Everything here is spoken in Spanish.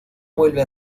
vuelve